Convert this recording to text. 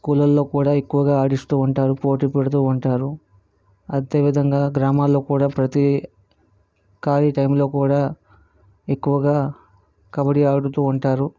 స్కూళ్ళల్లో కూడా ఎక్కువగా ఆడిస్తూ ఉంటారు పోటీ పెడుతూ ఉంటారు అదేవిధంగా గ్రామాల్లో కూడా ప్రతి ఖాళీ టైములో కూడా ఎక్కువగా కబడ్డీ ఆడుతూ ఉంటారు